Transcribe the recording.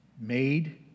made